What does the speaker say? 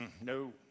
no